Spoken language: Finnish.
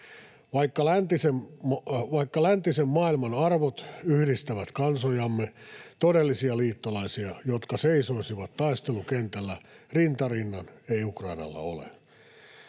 Vaikka läntisen maailman arvot yhdistävät kansojamme, todellisia liittolaisia, jotka seisoisivat taistelukentällä rinta rinnan, ei Ukrainalla ole.